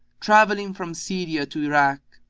travelling from syria to irak,